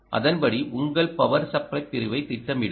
அதன்படி உங்கள் power supply பிரிவைத் திட்டமிடுங்கள்